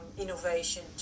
innovation